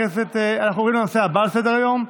אנחנו עוברים לנושא הבא על סדר-היום,